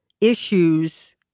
issues